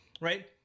right